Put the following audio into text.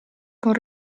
con